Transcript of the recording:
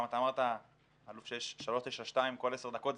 גם אתה אמרת ש-392 יש כל עשר דקות,